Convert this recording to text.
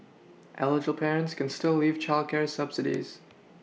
eligible parents can still live childcare subsidies